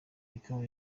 ikawa